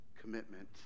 commitment